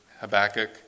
Habakkuk